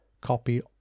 copy